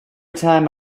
time